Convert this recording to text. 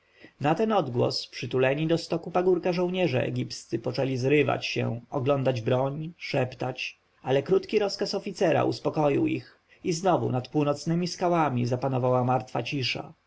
na ten odgłos przytuleni do stoku pagórka żołnierze egipscy poczęli zrywać się oglądać broń szeptać ale krótki rozkaz oficerów uspokoił ich i znowu nad północnemi skałami zapanowała martwa cisza